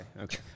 okay